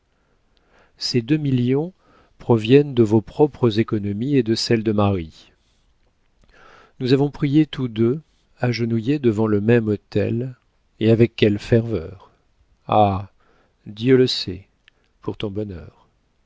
ces deux millions proviennent de vos propres économies et de celles de marie nous avons prié tous deux agenouillés devant le même autel et avec quelle ferveur ah dieu le sait pour ton bonheur